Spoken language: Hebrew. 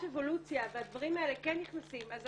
החוק.